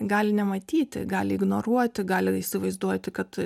gali nematyti gali ignoruoti galite įsivaizduoti kad